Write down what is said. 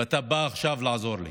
ואתה בא עכשיו לעזור לי.